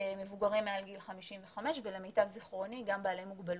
מבוגרים מעל גיל 55 ולמיטב זיכרוני גם בעלי מוגבלויות.